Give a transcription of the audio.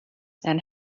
and